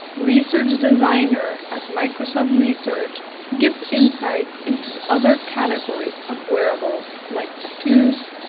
research designer at microsoft research gives insights into other categories of wearables, like tattoos,